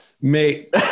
Mate